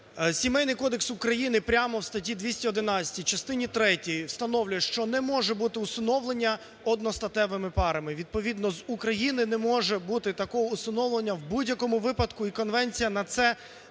Сімейний кодекс України прямо в статті 211 частини третьої встановлює, що не може бути усиновлення одностатевими парами. Відповідно з України не може бути такого усиновлення в будь-якому випадку, і конвенція на це не…